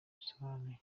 bisobanuye